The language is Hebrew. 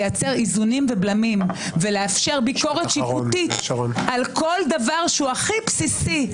לייצר איזונים ובלמים ולאפשר ביקורת שיפוטית על כל דבר שהוא הכי בסיסי,